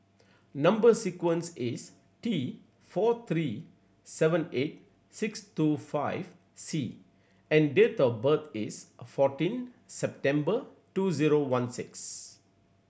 number sequence is T four three seven eight six two five C and date of birth is fourteen September two zero one six